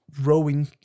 rowing